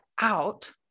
out